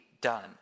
done